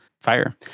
fire